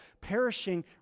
perishing